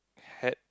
at